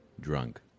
drunk